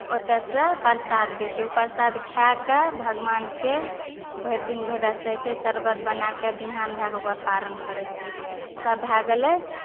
ओतएसँ प्रसाद दए छै ओ प्रसाद खाए कऽ भगवानके भरि दिन भरि राति सहै छै सरबत बनाए कऽ विहान भए कऽ ओकर पारण करै छै तब भए गेलै